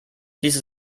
ließe